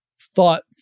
thought